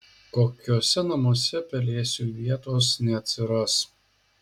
kokiuose namuose pelėsiui vietos neatsiras